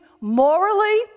morally